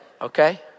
okay